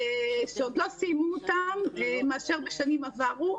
שעוד לא סיימו אותם, יותר מאשר בשנים עברו,